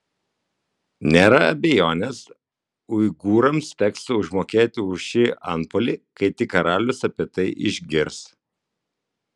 nėra abejonės uigūrams teks užmokėti už šį antpuolį kai tik karalius apie tai išgirs